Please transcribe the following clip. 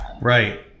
Right